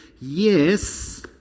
Yes